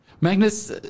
Magnus